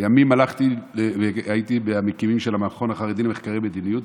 לימים הייתי מהמקימים של המכון החרדי למחקרי מדיניות,